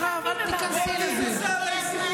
תגיד, התנצלת כבר?